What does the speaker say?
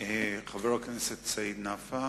חבר הכנסת סעיד נפאע.